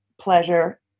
pleasure